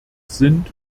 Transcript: sind